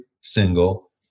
single